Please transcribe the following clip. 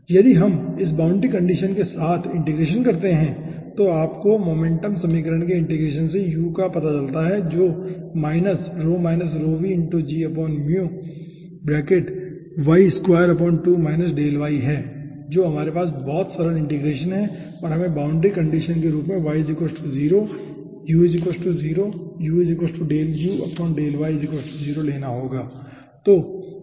यदि हम इस बाउंड्री कंडीशन के साथ इंटीग्रेशन करते हैं तो आपको मोमेंटम समीकरण के इंटीग्रेशन से u पता चलता है जो है हमारे पास बहुत सरल इंटीग्रेशन है और हमें बाउंड्री कंडीशन के रूप में y 0 u 0 लेना होगा ठीक है